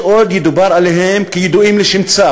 שעוד ידובר עליהם בעתיד כידועים לשמצה,